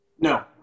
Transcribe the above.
no